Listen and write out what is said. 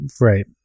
Right